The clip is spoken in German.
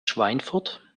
schweinfurt